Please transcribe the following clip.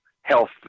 health